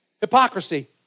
Hypocrisy